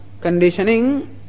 conditioning